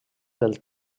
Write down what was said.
del